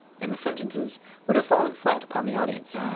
and the sentences would have fallen flat upon the audience.